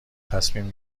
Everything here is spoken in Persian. تصمیم